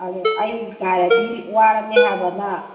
ꯑꯗꯣ ꯑꯩ ꯉꯥꯏꯔꯗꯤ ꯋꯥꯔꯅꯤ ꯍꯥꯏꯕ ꯅꯪ